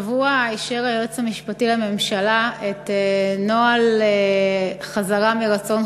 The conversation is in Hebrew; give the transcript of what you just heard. השבוע אישר היועץ המשפטי לממשלה את נוהל חזרה מרצון